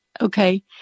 Okay